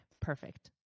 perfect